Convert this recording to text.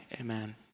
Amen